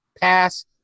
pass